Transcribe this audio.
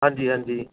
ਹਾਂਜੀ ਹਾਂਜੀ